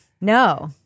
No